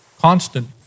constant